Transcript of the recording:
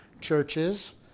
churches